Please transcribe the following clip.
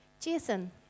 Jason